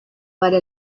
para